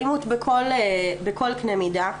אלימות בכל קנה מידה.